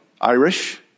Irish